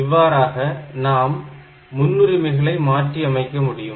இவ்வாறாக நாம் முன்னுரிமைகளை மாற்றி அமைக்க முடியும்